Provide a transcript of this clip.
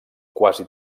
quasi